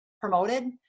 promoted